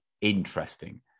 interesting